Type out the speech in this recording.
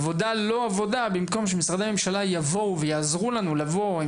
בעבודה-לא-עבודה במקום שמשרדי הממשלה יבואו ויעזרו לנו לבוא עם